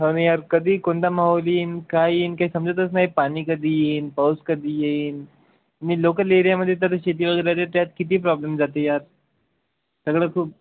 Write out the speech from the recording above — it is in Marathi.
हो ना यार कधी कोणता माहोल येईल काय येईल काही समजतच नाही पाणी कधी येईल पाऊस कधी येईल मी लोकल एरियामध्ये तर शेती वगैरे त्यात किती प्रॉब्लेम जाते यार सगळं खूप